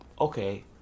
okay